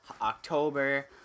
October